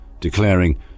declaring